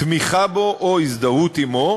תמיכה בו או הזדהות עמו,